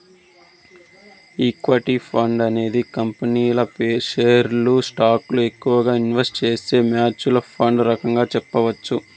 equity fund అనేది కంపెనీల షేర్లు స్టాకులలో ఎక్కువగా ఇన్వెస్ట్ చేసే మ్యూచ్వల్ ఫండ్ రకంగా చెప్పొచ్చు